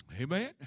Amen